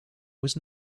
was